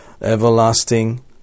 everlasting